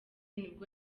nibwo